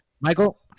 Michael